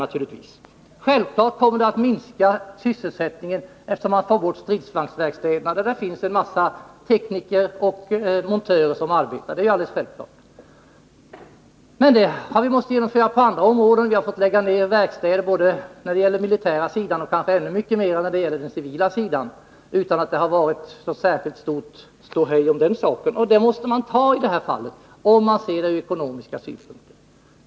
Självfallet kommer sysselsättningen att minska om man tar bort stridsvagnsverkstäderna, för där arbetar ju en massa tekniker och montörer. Men sådant har vi måst genomföra på andra områden. Vi har fått lägga ner verkstäder både på det militära området och kanske än mer på det civila utan att det blivit något särskilt stort ståhej om den saken. Och det steget måste man ta i det här fallet, om man ser på frågan från ekonomisk synpunkt.